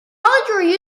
college